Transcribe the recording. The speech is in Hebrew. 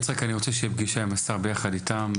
יצחק, אני רוצה שתהיה פגישה של השר ביחד איתם.